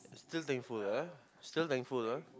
still thankful ah still thankful ah